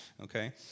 Okay